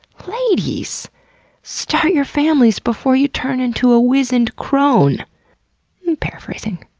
ladies! start your families before you turn into a wizened crone paraphrasing.